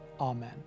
Amen